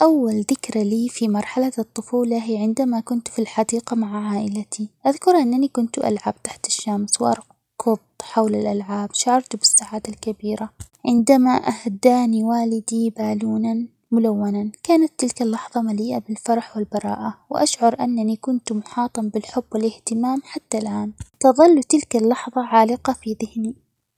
أول ذكرى لي في مرحلة الطفولة هى عندما كنت في الحديقة مع عائلتي، أذكر أنني كنت ألعب تحت الشمس، و-أرك-أركض حول الألعاب ،شعرت بالسعادة الكبيرة عندما أهداني والدي بالونًا ملونًا، كانت تلك اللحظة مليئة بالفرح والبراءة، وأشعر أنني كنت محاطًا بالحب والإهتمام ،حتى الآن تظل تلك اللحظة عالقة في ذهني.